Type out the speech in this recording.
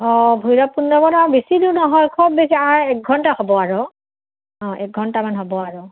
অঁ ভৈৰৱকুণ্ড পৰা বেছি দূৰ নহয় খুব বেছি এক ঘণ্টা হ'ব আৰু অঁ এক ঘণ্টামান হ'ব আৰু